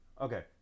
Okay